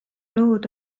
lood